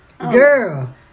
Girl